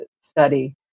study